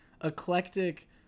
eclectic